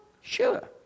Sure